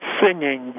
singing